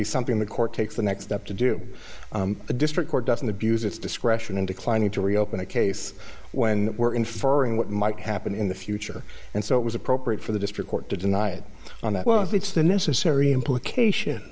be something the court takes the next step to do the district court doesn't abuse its discretion and declining to reopen a case when we're inferring what might happen in the future and so it was appropriate for the district court to deny it on that well if it's the necessary implication